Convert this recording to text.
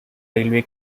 railway